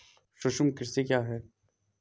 सूक्ष्म कृषि क्या है?